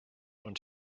und